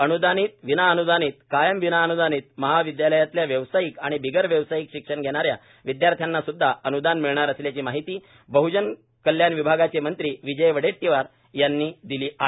अनुदानित विनाअनुदानित कायम विनाअनुदानित महाविदयालयांतल्या व्यावसायिक आणि बिगर व्यावसायिक शिक्षण घेणाऱ्या विदयार्थ्यांनासुद्धा अन्दान मिळणार असल्याची माहिती बहजन कल्याण विभागाचे मंत्री विजय वडेट्टीवार यांनी दिली आहे